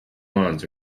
lawns